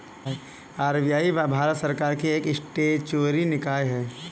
RBI Bharat सरकार की एक स्टेचुअरी निकाय है